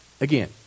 Again